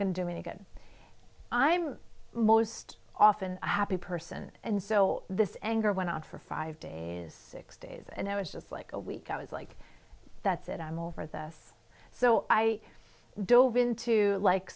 going to do any good i'm most often a happy person and so this anger went on for five days six days and it was just like a week i was like that's it i'm over this so i dove into like